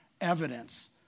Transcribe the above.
evidence